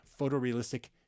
photorealistic